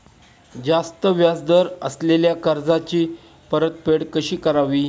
जास्त व्याज दर असलेल्या कर्जाची परतफेड कशी करावी?